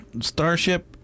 starship